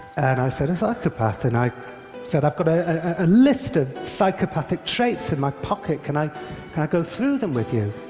and i said, a psychopath. and i said, i've got a list of psychopathic traits in my pocket. can i can i go through them with you?